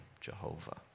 Jehovah